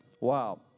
Wow